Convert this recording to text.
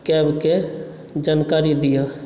cab केँ जानकारी दिअ